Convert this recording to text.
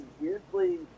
weirdly